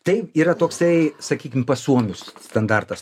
tai yra toksai sakykim pas suomius standartas